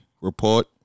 report